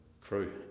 crew